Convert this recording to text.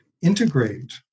integrate